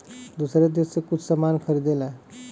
दूसर देस से कुछ सामान खरीदेला